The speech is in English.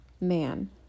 man